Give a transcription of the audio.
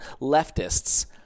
leftists